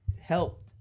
helped